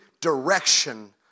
direction